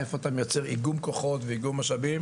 איפה אתה מייצר איגום כוחות ואיגום משאבים,